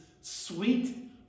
sweet